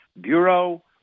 Bureau